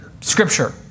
Scripture